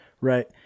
Right